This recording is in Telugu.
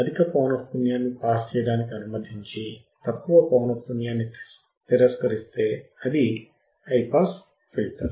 అధిక పౌనఃపున్యాన్ని పాస్ చేయడానికి అనుమతించి తక్కువ పౌనఃపున్యాన్ని తిరస్కరిస్తే అది హై పాస్ ఫిల్టర్